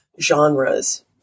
genres